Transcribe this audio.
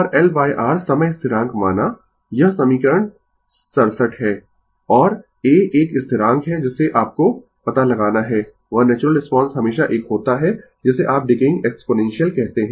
तो τ L R समय स्थिरांक माना यह समीकरण 67 है और a एक स्थिरांक है जिसे आपको पता लगाना है वह नेचुरल रिस्पांस हमेशा एक होता है जिसे आप डीकेयिंग एक्सपोनेंशियल कहते है